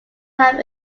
have